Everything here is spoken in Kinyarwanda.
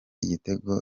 igitego